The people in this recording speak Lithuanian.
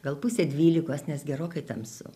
gal pusė dvylikos nes gerokai tamsu